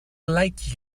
like